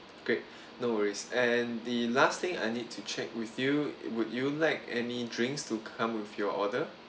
great no worries and the last thing I need to check with you would you like any drinks to come with your order